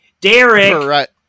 Derek